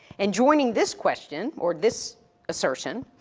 and joining this question, or this assertion,